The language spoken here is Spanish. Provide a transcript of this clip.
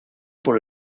por